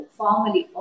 formally